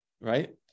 right